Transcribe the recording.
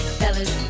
fellas